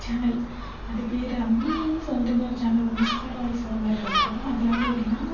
channel அது பேர் அபினு சொல்லிட்டு ஏதோ ஒரு சேனல் வரும் மிஸ்ட்டர் வாய்ஸ் ஓவர் இருக்கும் அதில் வந்து எப்படின்னா